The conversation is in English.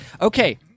Okay